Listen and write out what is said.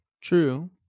True